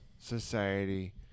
society